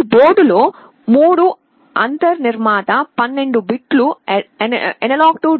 ఈ బోర్డు లో 3 అంతర్ నిర్మిత 12 బిట్ A